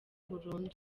burundu